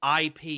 IP